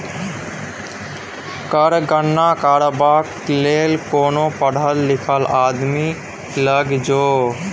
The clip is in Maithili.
कर गणना करबाक लेल कोनो पढ़ल लिखल आदमी लग जो